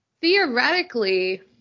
theoretically